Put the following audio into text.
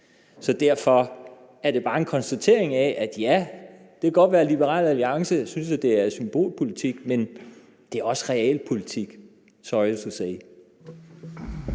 Så derfor er det her bare en konstatering af, at ja, det kan godt være, at Liberal Alliance synes, det er symbolpolitik, men det er også realpolitik – sorry to say.